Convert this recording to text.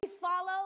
follow